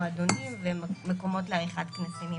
מועדונים ומקומות לעריכת כנסים.